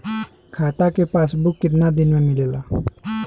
खाता के पासबुक कितना दिन में मिलेला?